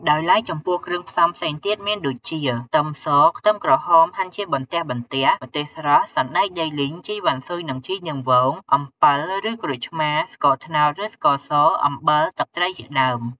ដោយឡែក ចំពោះគ្រឿងផ្សំផ្សេងទៀតមានដូចជា ខ្ទឹមស ខ្ទឹមក្រហមហាន់ជាបន្ទះៗ ម្ទេសស្រស់ សណ្តែកដីលីង ជីរវ៉ាន់ស៊ុយ និង ជីនាងវង អំពិលឬក្រូចឆ្មា ស្កត្នោតឬស្ករស អំបិល ទឹកត្រីជាដើម។